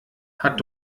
hat